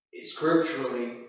scripturally